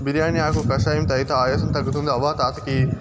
బిర్యానీ ఆకు కషాయం తాగితే ఆయాసం తగ్గుతుంది అవ్వ తాత కియి